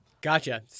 Gotcha